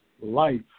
Life